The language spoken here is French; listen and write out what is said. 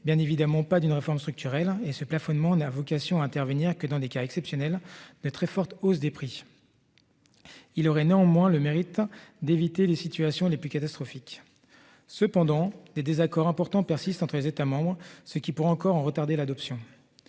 bien évidemment pas d'une réforme structurelle et ce plafonnement n'a vocation à intervenir que dans des cas exceptionnels de très forte hausse des prix. Il aurait néanmoins le mérite d'éviter les situations les plus catastrophiques cependant des désaccords importants persistent entre les États membres, ce qui pourrait encore en retarder l'adoption.